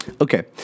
Okay